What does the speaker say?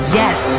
yes